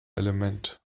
element